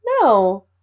No